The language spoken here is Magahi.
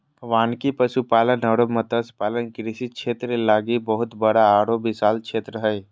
वानिकी, पशुपालन अरो मत्स्य पालन कृषि क्षेत्र लागी बहुत बड़ा आरो विशाल क्षेत्र हइ